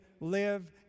live